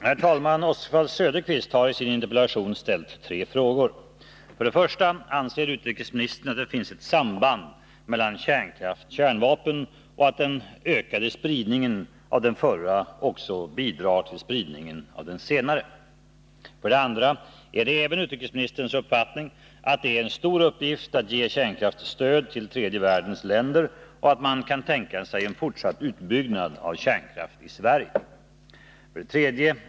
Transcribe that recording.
Herr talman! Oswald Söderqvist har i sin interpellation ställt tre frågor: 1. Anser utrikesministern att det finns ett samband mellan kärnkraft-kärnvapen och att den ökade spridningen av den förra också bidrar till spridningen av de senare? 2. Är det även utrikesministerns uppfattning att det är en stor uppgift att ge kärnkraftsstöd till tredje världens länder och att man kan tänka sig en fortsatt utbyggnad av kärnkraft i Sverige? 3.